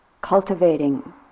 cultivating